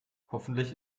hoffentlich